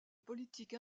politique